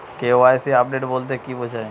KYC update বলতে কি বোঝায়?